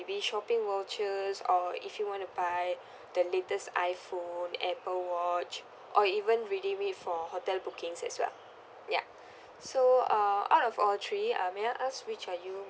~bye shopping vouchers or if you want to buy the latest iPhone Apple watch or even redeem it for hotel bookings as well ya so uh out of all three uh may I ask which are you